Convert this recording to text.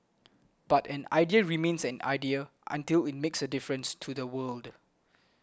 but an idea remains an idea until it makes a difference to the world